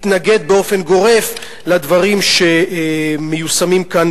התנגד באופן גורף לדברים שמיושמים כאן,